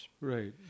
Right